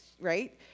right